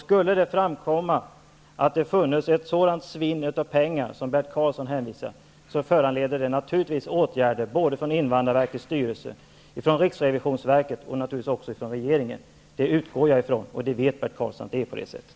Skulle det framkomma att det varit ett sådant svinn av pengar som Bert Karlsson hänvisar till föranleder det naturligtvis åtgärder från invandrarverkets styrelse, riksrevionsverket och regeringen. Det utgår jag ifrån, och Bert Karlsson vet att det är på det sätet.